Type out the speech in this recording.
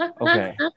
Okay